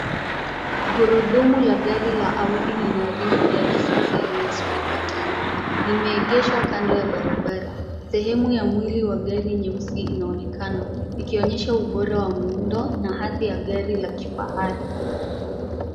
Gurudumu la gari la audi lina rimu ya kisasa yenye spika tano. Limeegeshwa kando ya barabara. Sehemu ya mwili wa gari nyeusi inaonekana ikionyesha ubora wa muundo na hadhi ya gari ya kifahari.